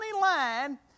line